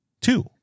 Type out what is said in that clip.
two